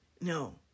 No